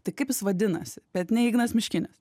tai kaip jis vadinasi bet ne ignas miškinis